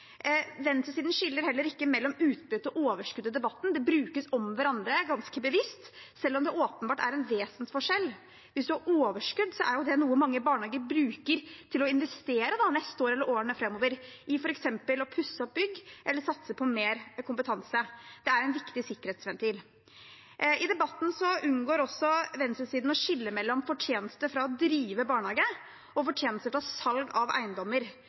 Venstresiden skiller heller ikke mellom utbytte og overskudd i debatten. Det brukes om hverandre ganske bevisst, selv om det åpenbart er en vesensforskjell. Hvis man har overskudd, er det noe mange barnehager bruker til å investere neste år eller i årene framover for f.eks. å pusse opp bygg eller satse på mer kompetanse. Det er en viktig sikkerhetsventil. I debatten unngår også venstresiden å skille mellom fortjeneste fra å drive barnehage og fortjeneste fra salg av eiendommer,